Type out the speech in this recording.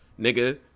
nigga